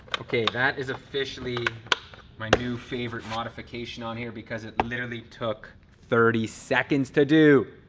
okay, that is officially my new favourite modification on here because it literally took thirty seconds to do.